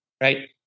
Right